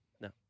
No